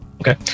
Okay